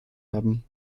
haben